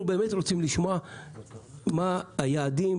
אנחנו באמת רוצים לשמוע מה היעדים,